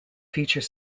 feature